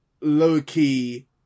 low-key